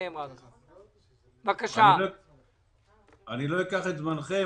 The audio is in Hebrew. לא אקח את זמנכם.